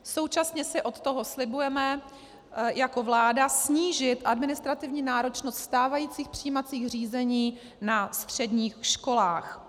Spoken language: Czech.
Současně si od toho slibujeme jako vláda snížit administrativní náročnost stávajících přijímacích řízení na středních školách.